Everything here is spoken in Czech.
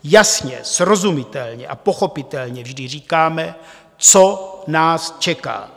Jasně, srozumitelně a pochopitelně vždy říkáme, co nás čeká.